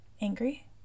angry